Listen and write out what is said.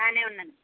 బాగా ఉన్నాను